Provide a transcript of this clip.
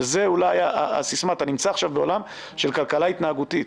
שזו אולי הסיסמה: אתה נמצא עכשיו בעולם של כלכלה התנהגותית,